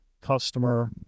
customer